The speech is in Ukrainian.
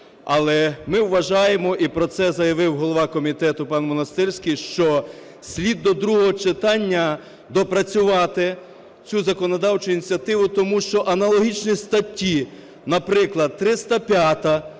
Але ми вважаємо, і про це заявив голова комітету пан Монастирський, що слід до другого читання допрацювати цю законодавчу ініціативу, тому що аналогічні статті… Наприклад, 305